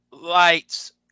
lights